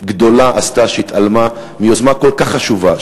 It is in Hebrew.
גדולה עשתה כשהתעלמה מיוזמה כל כך חשובה,